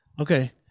Okay